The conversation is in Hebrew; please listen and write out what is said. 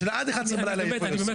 השאלה היא עד 23:00 בלילה איפה היא עוסקת.